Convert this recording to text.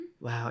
Wow